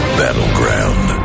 battleground